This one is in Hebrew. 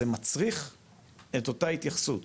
אז זה מצריך את אותה התייחסות.